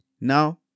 Now